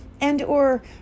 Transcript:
and/or